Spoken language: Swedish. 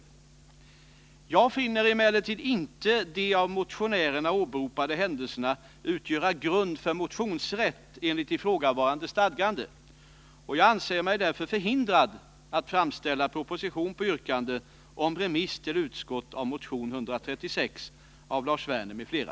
Jag finner emellertid inte de av motionärerna åberopade händelserna utgöra grund för motionsrätt enligt ifrågavarande stadgande. Jag anser mig därför förhindrad att framställa proposition på yrkande om remiss till utskott av motion 136 av Lars Werner m.fl.